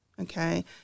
Okay